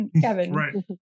Kevin